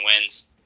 wins